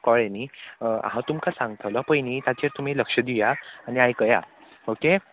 कोयळें न्ही हांव तुमकां सांगतलो पय न्ही ताचेर तुमी लक्ष दिया आनी आयकया ओके